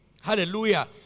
Hallelujah